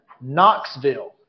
Knoxville